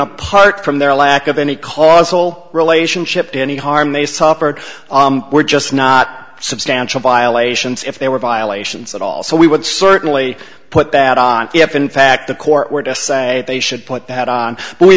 apart from their lack of any causal relationship to any harm they suffered were just not substantial violations if there were violations at all so we would certainly put that on if in fact the court to say they should put that on w